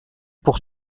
pour